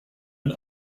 and